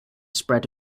spread